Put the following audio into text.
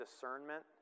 discernment